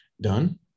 done